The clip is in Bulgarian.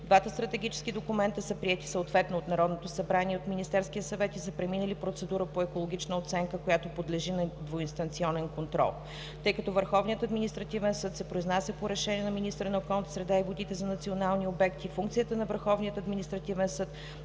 Двата стратегически документа са приети съответно от Народното събрание и от Министерския съвет и са преминали процедура по екологична оценка, която подлежи на двуинстанционен контрол. Тъй като Върховният административен съд се произнася по решения на министъра на околната среда и водите за национални обекти, функцията на Върховния административен съд